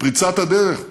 פריצת הדרך.